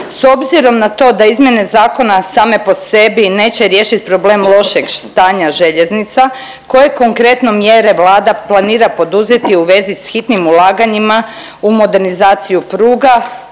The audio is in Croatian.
S obzirom na to da izmjene zakona same po sebi neće riješit problem lošeg stanja željeznica koje konkretno mjere Vlada planira poduzeti u vezi s hitnim ulaganjima u modernizaciju pruga,